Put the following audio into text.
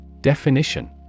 Definition